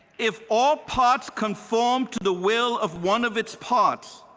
if all parts conform to the will of one of its parts,